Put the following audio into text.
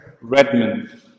Redmond